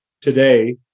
today